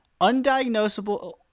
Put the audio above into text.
undiagnosable